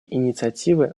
инициативы